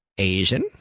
Asian